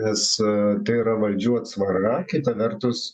nes tai yra valdžių atsvara kita vertus